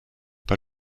pas